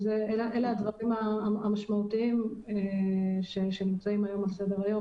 אלה הדברים המשמעותיים שמוצעים על סדר היום